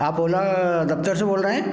आप ओला अ दफ्तर से बोल रहे हैं